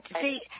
see